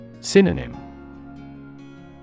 Synonym